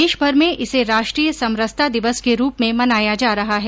देशभर में इसे राष्ट्रीय समरसता दिवस के रूप में मनाया जा रहा है